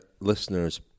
listeners